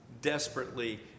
desperately